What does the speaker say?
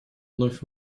вновь